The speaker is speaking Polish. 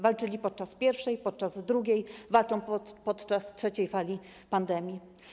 Walczyli podczas pierwszej fali, podczas drugiej, walczą podczas trzeciej fali pandemii.